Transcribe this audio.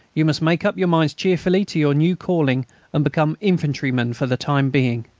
you must make up your minds cheerfully to your new calling and become infantrymen for the time being.